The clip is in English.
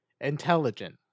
intelligent